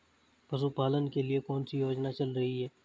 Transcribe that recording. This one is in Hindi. पशुपालन के लिए कौन सी योजना चल रही है?